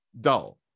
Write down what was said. dull